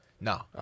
no